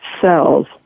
cells